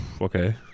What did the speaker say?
Okay